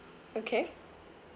okay